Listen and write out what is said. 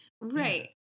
right